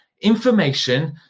information